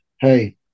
hey